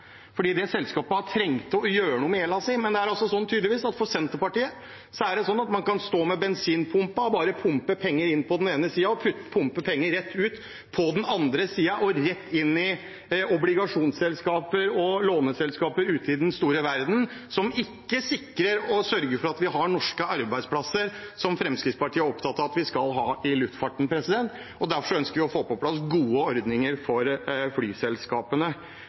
selskapet trengte å gjøre noe med gjelden sin. Men for Senterpartiet er det tydeligvis sånn at man kan stå med bensinpumpa og bare pumpe penger inn på den ene siden som går rett ut på den andre siden, rett inn i obligasjonsselskaper og låneselskaper ute i den store verden, som ikke sikrer og sørger for at vi har norske arbeidsplasser, noe Fremskrittspartiet er opptatt av at vi skal ha i luftfarten. Derfor ønsker vi å få på plass gode ordninger for flyselskapene.